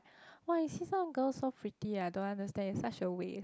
!wah! you see some girls so pretty I don't understand it's such a waste